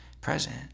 present